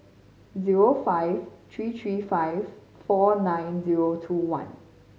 zero five three three five four nine zero two one